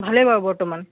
ভালেই বাৰু বৰ্তমান